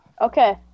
Okay